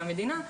מהמדינה,